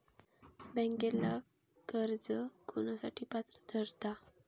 बँकेतला कर्ज कोणासाठी पात्र ठरता?